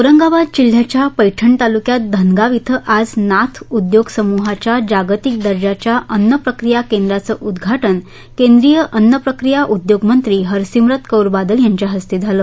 औरंगाबाद जिल्ह्याच्या पैठण तालुक्यात धनगाव इथं आज नाथ उद्योग समूहाच्या जागतिक दर्जाच्या अन्न प्रक्रिया केंद्राचं उद्घाटन केंद्रीय अन्न प्रक्रीया उद्योग मंत्री हरसिमरत कौर बादल यांच्या हस्ते झालं